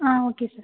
ah okay sir